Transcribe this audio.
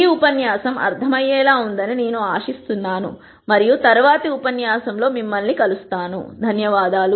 ఈ ఉపన్యాసం అర్థమయ్యేలా ఉందని నేను ఆశిస్తున్నాను మరియు తరువాతి ఉపన్యాసంలో మిమ్మల్ని మళ్ళీ చూస్తాము